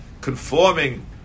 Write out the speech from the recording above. conforming